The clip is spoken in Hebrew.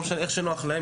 זה לא משנה, איך שנוח להם